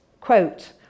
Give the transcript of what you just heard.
quote